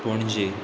Panaji